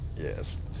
Yes